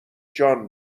جان